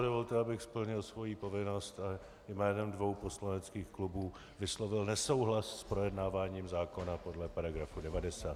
Dovolte, abych splnil svoji povinnost, a jménem dvou poslaneckých klubů vyslovil nesouhlas s projednáváním zákona podle § 90.